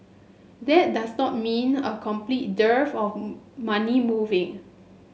that does not mean a complete dearth of money moving